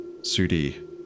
Sudi